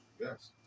Yes